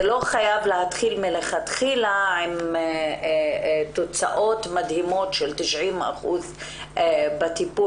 זה לא חייב להתחיל עם תוצאות מדהימות של 90% בטיפול.